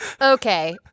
Okay